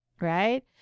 Right